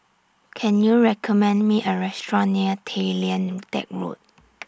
Can YOU recommend Me A Restaurant near Tay Lian Teck Road